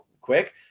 quick